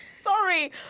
Sorry